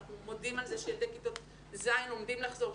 אנחנו מודים על שילדי כיתות ז' עומדים לחזור,